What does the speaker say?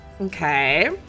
Okay